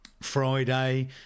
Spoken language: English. Friday